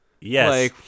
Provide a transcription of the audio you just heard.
Yes